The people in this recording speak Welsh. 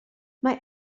mae